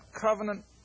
covenant